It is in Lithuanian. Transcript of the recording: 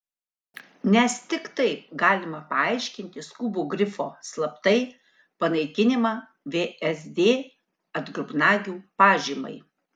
nes tik taip galima paaiškinti skubų grifo slaptai panaikinimą vsd atgrubnagių pažymai